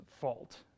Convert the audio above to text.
fault